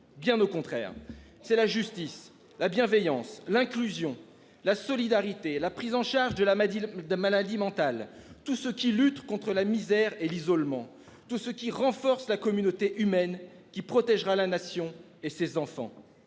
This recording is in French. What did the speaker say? Bien au contraire, c'est la justice, la bienveillance l'inclusion, la solidarité, la prise en charge de la matinée de maladie mentale. Tous ceux qui luttent contre la misère et l'isolement tout ce qui renforce la communauté humaine qui protégera la nation et ses enfants.